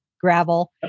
Gravel